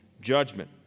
judgment